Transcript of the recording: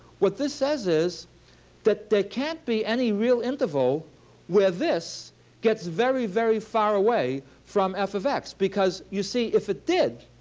what this says is that there can't be any real interval where this gets very, very far away from f of x, because you see, if it did,